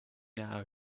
now